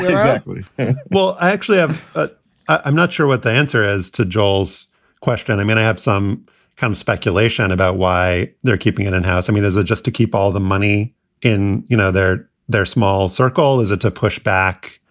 exactly well i actually have, but i'm not what the answer is to joel's question. i mean, i have some kind of speculation about why they're keeping it in-house. i mean, is it just to keep all the money in, you know, their their small circle? is it to push back,